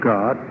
God